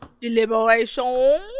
deliberation